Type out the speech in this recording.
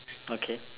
okay